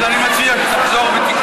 אז אני מציע שתחזור ותקרא.